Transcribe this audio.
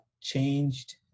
changed